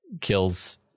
kills